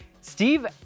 Steve